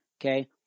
Okay